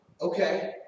okay